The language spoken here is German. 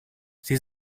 sie